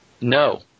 No